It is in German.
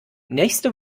nächste